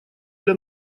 для